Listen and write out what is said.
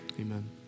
amen